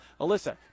Alyssa